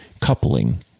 coupling